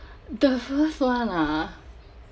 the first [one] ah